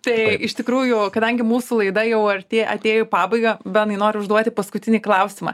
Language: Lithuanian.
tai iš tikrųjų kadangi mūsų laida jau artėja atėjo į pabaigą benai nori užduoti paskutinį klausimą